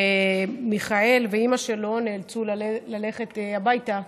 ומיכאל ואימא שלו נאלצו ללכת הביתה